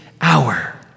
hour